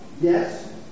Yes